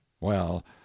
Well